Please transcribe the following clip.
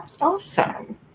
Awesome